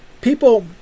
people